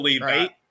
right